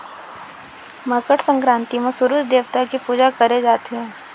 मकर संकरांति म सूरूज देवता के पूजा करे जाथे